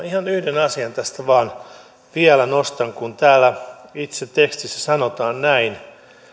ihan yhden asian tästä vain vielä nostan kun täällä itse tekstissä sanotaan näin